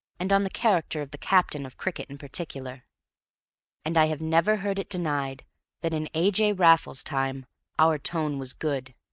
and on the character of the captain of cricket in particular and i have never heard it denied that in a. j. raffles's time our tone was good,